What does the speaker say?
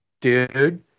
dude